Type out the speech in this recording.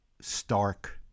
stark